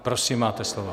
Prosím, máte slovo.